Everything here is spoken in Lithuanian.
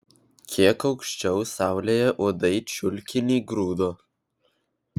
kiek aukščiau saulėje uodai čiulkinį grūdo